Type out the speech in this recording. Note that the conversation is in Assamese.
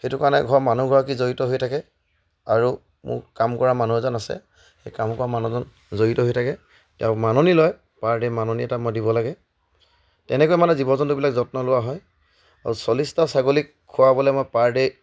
সেইটো কাৰণে ঘৰ মানুহ ঘৰ কি জড়িত হৈ থাকে আৰু মোৰ কাম কৰা মানুহ এজন আছে সেই কাম কৰা মানুহজন জড়িত হৈ থাকে তেওঁ মাননি লয় পাৰ ডে' মাননি এটা মই দিব লাগে তেনেকৈ মানে জীৱ জন্তুবিলাক যত্ন লোৱা হয় আৰু চল্লিছটা ছাগলীক খোৱাবলৈ মই পাৰ ডে'